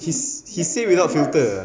he's he says without filter